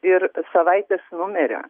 ir savaitės numerio